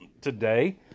today